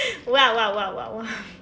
!wow! !wow! !wow! !wow! !wow!